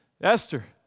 Esther